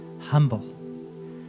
humble